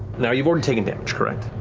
now you've already taken damage, correct?